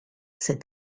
said